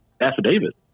affidavit